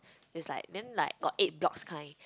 it's like then like got eight blocks kind